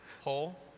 hole